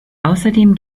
außerdem